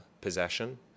possession